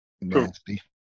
nasty